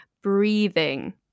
breathing